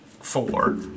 four